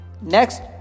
Next